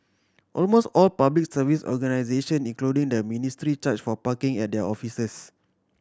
almost all Public Service organisation including the ministry charge for parking at their offices